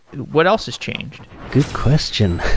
what else has changed? good question.